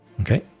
okay